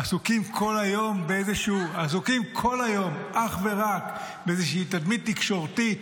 עסוקים כל היום אך ורק באיזושהי תדמית תקשורתית.